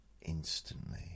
Instantly